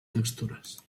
textures